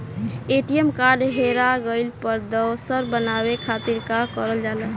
ATM card हेरा गइल पर दोसर बनवावे खातिर का करल जाला?